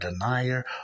denier